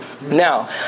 Now